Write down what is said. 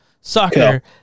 soccer